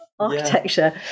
architecture